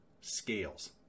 scales